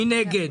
מי נגד?